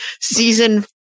season